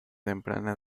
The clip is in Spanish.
temprana